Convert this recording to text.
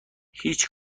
هیچ